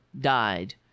Died